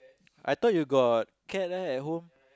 I thought you got cat right at home